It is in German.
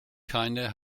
keine